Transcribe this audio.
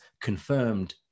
confirmed